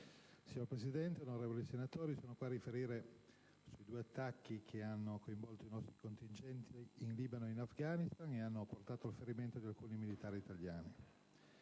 Signor Presidente, onorevoli senatori, sono qui a riferire su due attacchi che hanno coinvolto i nostri contingenti in Libano e in Afghanistan e che hanno portato al ferimento di alcuni militari italiani.